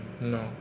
No